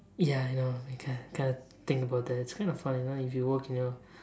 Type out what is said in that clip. ya I know my god kind of think about that it's kind of funny you know if you work you know